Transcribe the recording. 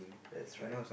that's right